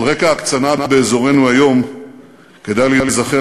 על רקע ההקצנה באזורנו היום כדאי להיזכר